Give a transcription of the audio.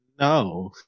No